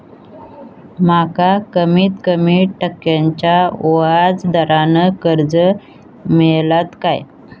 माका कमीत कमी टक्क्याच्या व्याज दरान कर्ज मेलात काय?